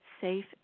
safe